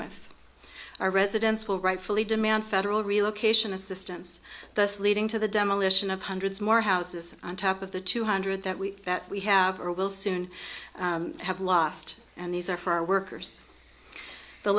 with our residents will rightfully demand federal relocation assistance thus leading to the demolition of hundreds more houses on top of the two hundred that we that we have or will soon have lost and these are for our workers the